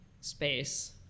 space